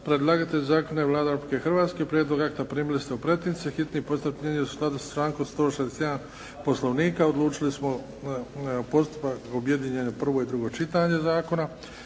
Predlagatelj zakona je Vlada Republike Hrvatske. Prijedlog akta primili ste u pretince. Hitni postupak primjenjuje se u skladu sa člankom 161. Poslovnika. Odlučili smo postupak objedinjenje, prvo i drugo čitanje zakona.